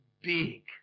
big